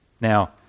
Now